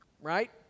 Right